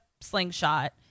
slingshot